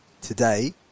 today